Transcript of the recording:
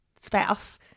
Spouse